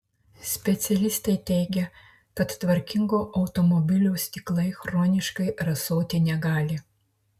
specialistai teigia kad tvarkingo automobilio stiklai chroniškai rasoti negali